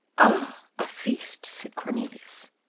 ah, a feast, said cornelius,